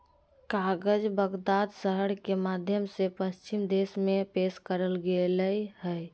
कागज बगदाद शहर के माध्यम से पश्चिम देश में पेश करल गेलय हइ